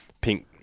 pink